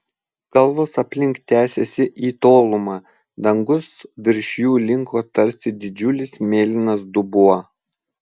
kalvos aplink tęsėsi į tolumą dangus virš jų linko tarsi didžiulis mėlynas dubuo